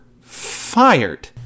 fired